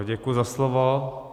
Děkuji za slovo.